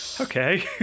Okay